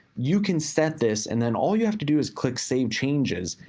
you can set this, and then all you have to do is click save changes,